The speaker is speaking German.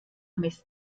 mist